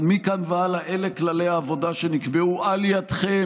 אבל מכאן והלאה אלה כללי העבודה שנקבעו על ידכם,